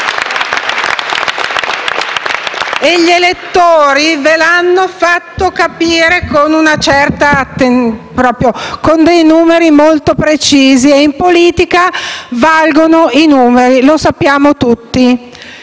E gli elettori ve l'hanno fatto capire con numeri molti precisi. In politica valgono i numeri, lo sappiamo tutti.